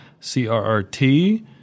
CRRT